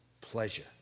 pleasure